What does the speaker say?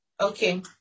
Okay